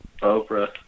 Oprah